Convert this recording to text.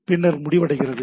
பின்னர் முடிவடைகிறது